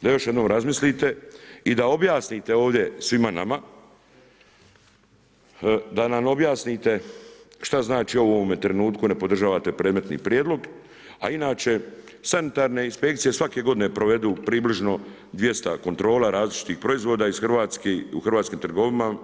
da još jednom razmislite i da objasnite ovdje, svima nama, da nam objasnite, šta znači u ovome trenutku ne podržavate predmetni prijedlog, a inače, sanitarne inspekcije, svake godine provedu približno 200 kontrola različitih proizvoda iz Hrvatske, u hrvatskim trgovinama.